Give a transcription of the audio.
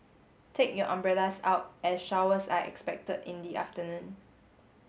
take your umbrellas out as showers are expected in the afternoon